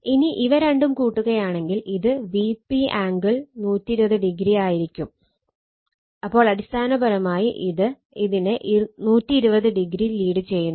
ഇനി ഇവ രണ്ടും കൂട്ടുകയാണെങ്കിൽ ഇത് Vp ആംഗിൾ 120o ആയിരിക്കും അപ്പോൾ അടിസ്ഥാനപരമായി ഇത് ഇതിനെ 120o ലീഡ് ചെയ്യുന്നു